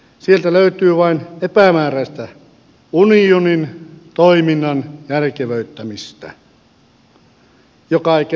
sieltä löytyy vain epämääräistä unionin toiminnan järkevöittämistä joka ei kerro yhtään mitään pelkkää sopotusta